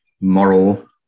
moral